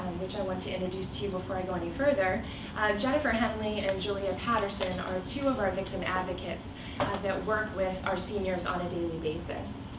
which i want to introduce to you before i go any further jennifer henley and julia patterson are two of our victim advocates that work with our seniors on a daily basis.